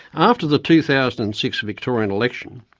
after the two thousand and six victorian election,